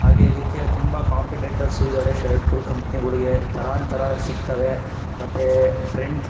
ಹಾಗೆ ಇದಕ್ಕೆ ತುಂಬ ಕಾಂಪಿಟೇಟರ್ಸು ಇದ್ದಾರೆ ಶರ್ಟ್ಗಳ ಕಂಪ್ನಿಗಳ್ಗೆ ಥರಾಂಥರ ಸಿಕ್ತವೆ ಮತ್ತು ಟ್ರೆಂಡ್